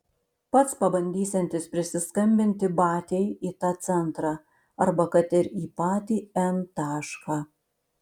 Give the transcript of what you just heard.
pats pabandysiantis prisiskambinti batiai į tą centrą arba kad ir į patį n tašką